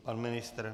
Pan ministr?